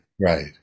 right